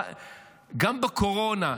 גם בקורונה,